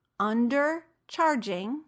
undercharging